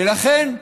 ולכן,